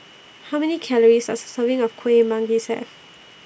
How Many Calories Does A Serving of Kueh Manggis Have